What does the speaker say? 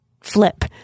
flip